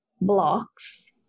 blocks